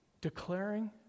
Declaring